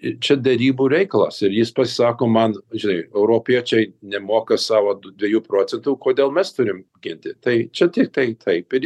čia derybų reikalas ir jis pasisako man žinai europiečiai nemoka savo du dviejų procentų kodėl mes turim ginti tai čia tiktai taip ir